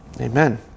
Amen